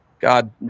God